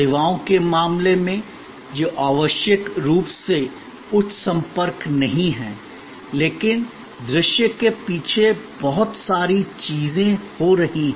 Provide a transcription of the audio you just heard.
सेवाओं के मामले में जो आवश्यक रूप से उच्च संपर्क नहीं हैं लेकिन दृश्य के पीछे बहुत सारी चीजें हो रही हैं